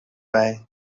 wei